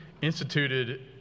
instituted